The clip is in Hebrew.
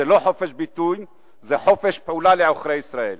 זה לא חופש ביטוי, זה חופש פעולה לעוכרי ישראל.